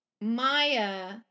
Maya